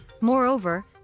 Moreover